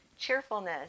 cheerfulness